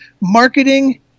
marketing